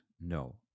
No